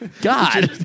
God